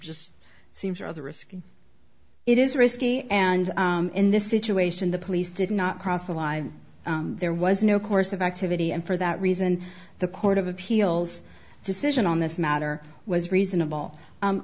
just seems rather risky it is risky and in this situation the police did not cross the line there was no course of activity and for that reason the court of appeals decision on this matter was reasonable